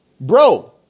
Bro